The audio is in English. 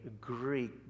Greek